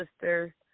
sister